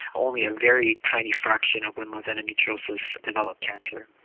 only a very tiny fraction of women with endometriosis develop cancer.